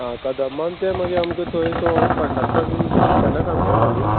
आं कदंबान तें मागी आमकां थंय तो कंडक्टर बीन विचाल्या सांगतलो न्ही